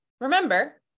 remember